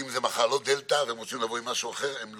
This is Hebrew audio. אין שום סיבה שבעולם שזה לא יהיה ככה.